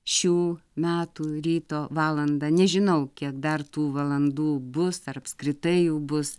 šių metų ryto valandą nežinau kiek dar tų valandų bus ar apskritai jų bus